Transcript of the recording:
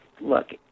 look